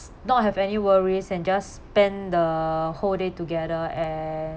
not have any worries and just spend the whole day together and